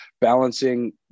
balancing